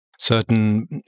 certain